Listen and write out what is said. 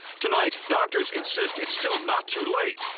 tonight, doctors insist it's still not too late.